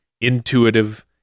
intuitive